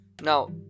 now